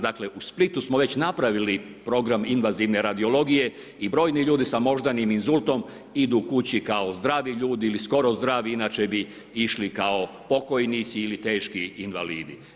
Dakle, u Splitu smo već napravili program invazivne radiologije i brojni ljudi sa moždanim izultom idu kući kao zdravi ljudi ili skoro zdravi inače bi išli kao pokojnici ili teški invalidi.